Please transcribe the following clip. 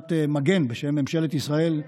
בפעולת מגן בשם ממשלת ישראל,